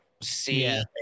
see